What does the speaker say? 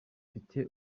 mfite